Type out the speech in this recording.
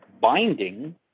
binding